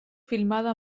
filmada